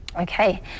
Okay